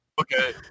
Okay